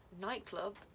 nightclub